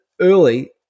early